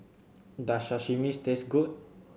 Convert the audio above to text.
does Sashimis taste good